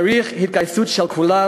צריך התגייסות של כולם.